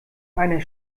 einer